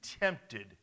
tempted